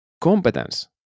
Competence